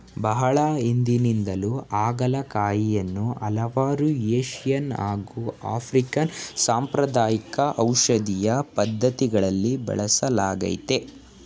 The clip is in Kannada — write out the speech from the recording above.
ಬಹಳ ಹಿಂದಿನಿಂದಲೂ ಹಾಗಲಕಾಯಿಯನ್ನು ಹಲವಾರು ಏಶಿಯನ್ ಹಾಗು ಆಫ್ರಿಕನ್ ಸಾಂಪ್ರದಾಯಿಕ ಔಷಧೀಯ ಪದ್ಧತಿಗಳಲ್ಲಿ ಬಳಸಲಾಗ್ತದೆ